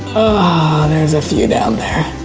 ah there's a few down there.